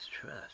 trust